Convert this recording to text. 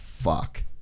fuck